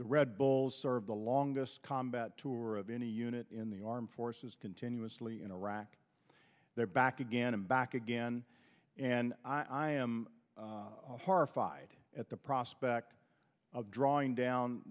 the red bulls serve the longest combat tour of any unit in the armed forces continuously in iraq they're back again and back again and i am horrified at the prospect of drawing down